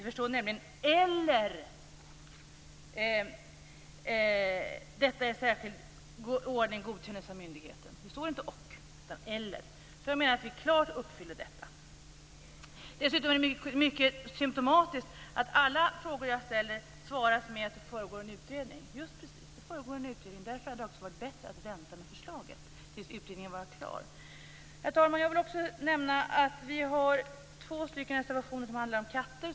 Det står nämligen: "eller detta i särskild ordning godkännas av myndigheten". Det står inte och, utan det står "eller". Jag menar att vi klart uppfyller detta direktiv. Det är symtomatiskt att alla frågor som jag ställer besvaras med att det pågår en utredning. Just så är det, och därför hade det varit bättre att vänta med förslaget tills utredningen var klar. Herr talman! Vi i Miljöpartiet har två reservationer som handlar om katter.